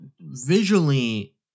visually